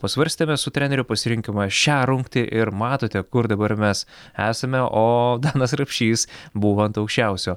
pasvarstėme su treneriu pasirinkome šią rungtį ir matote kur dabar mes esame o danas rapšys buvo ant aukščiausio